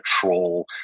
troll